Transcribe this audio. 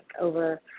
over